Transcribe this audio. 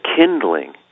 kindling